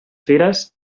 fires